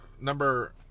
Number